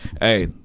Hey